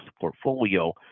portfolio